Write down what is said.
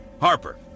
Harper